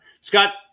scott